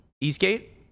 Eastgate